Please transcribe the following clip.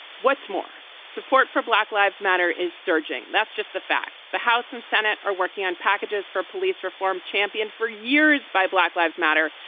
what's more, support for black lives matter is surging. that's just the facts. the house and senate are working on packages for police reform championed for years by black lives matter,